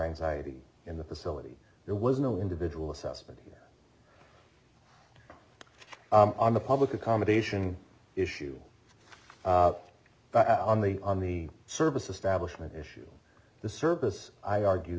anxiety in the facility there was no individual assessment on the public accommodation issue but on the on the service establishment issue the service i argue